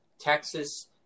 Texas